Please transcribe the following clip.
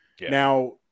Now